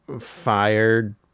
fired